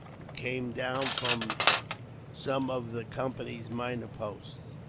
who came down from some of the company's minor posts,